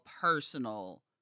personal